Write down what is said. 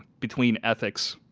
between ethics,